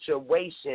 situation